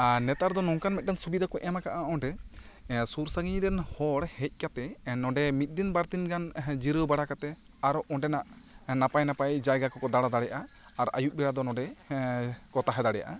ᱟᱨ ᱱᱮᱛᱟᱨ ᱫᱚ ᱱᱚᱝᱠᱟᱱ ᱢᱤᱫ ᱴᱮᱱ ᱥᱩᱵᱤᱫᱷᱟ ᱠᱚ ᱮᱢ ᱟᱠᱟᱫᱼᱟ ᱚᱸᱰᱮ ᱮ ᱥᱩᱨ ᱥᱟᱺᱜᱤᱧ ᱨᱮᱱ ᱦᱚᱲ ᱦᱮᱡ ᱠᱟᱛᱮᱜ ᱱᱚᱸᱰᱮ ᱢᱤᱫ ᱫᱤᱱ ᱵᱟᱨ ᱫᱤᱱ ᱡᱤᱨᱟᱹᱣ ᱵᱟᱲᱟ ᱠᱟᱛᱮ ᱟᱨᱚ ᱚᱱᱰᱮᱱᱟᱜ ᱱᱟᱯᱟᱭ ᱱᱟᱯᱟᱭ ᱡᱟᱭᱜᱟ ᱠᱚᱠᱚ ᱫᱟᱸᱲᱟ ᱫᱟᱲᱮᱭᱟᱜ ᱟᱨ ᱟᱹᱭᱩᱵ ᱵᱮᱲᱟ ᱫᱚ ᱱᱚᱸᱰᱮ ᱠᱚ ᱛᱟᱦᱮᱸ ᱫᱟᱲᱮᱭᱟᱜᱼᱟ